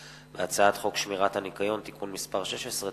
הצעת חוק שמירת הניקיון (תיקון מס' 16),